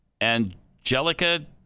Angelica